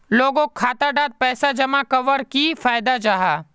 लोगोक खाता डात पैसा जमा कवर की फायदा जाहा?